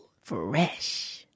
fresh